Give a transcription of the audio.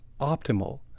optimal